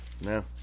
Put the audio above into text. No